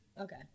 Okay